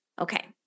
Okay